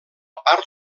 part